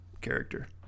character